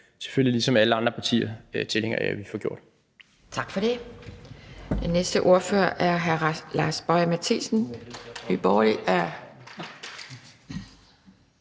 selvfølgelig ligesom alle andre partier tilhængere af at vi får gjort. Kl.